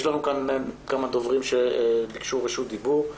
יש לנו כאן כמה דוברים שביקשו רשות דיבור.